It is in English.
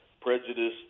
prejudice